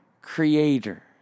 creator